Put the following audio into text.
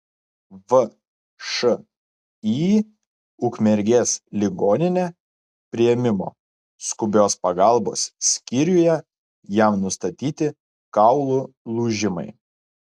všį ukmergės ligoninė priėmimo skubios pagalbos skyriuje jam nustatyti kaulų lūžimai